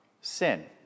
sin